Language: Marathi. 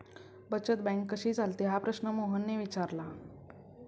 बचत बँक कशी चालते हा प्रश्न मोहनने विचारला?